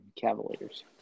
Cavaliers